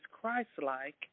Christ-like